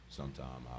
Sometime